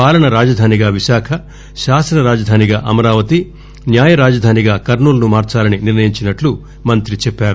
పాలన రాజధానిగా విశాఖ శాసన రాజధానిగా అమరావతి న్యాయ రాజధానిగా కర్నూల్ను మార్చాలని నిర్ణయించిన్నట్లు మంతి చెప్పారు